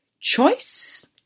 Choice